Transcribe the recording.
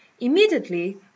Immediately